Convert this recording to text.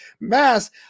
mass